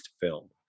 film